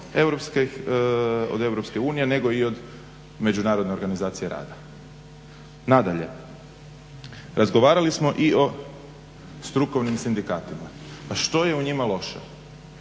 od Europske unije nego i od Međunarodne organizacije rada. Nadalje, razgovarali smo i o strukovnim sindikatima. Pa što je u njima loše?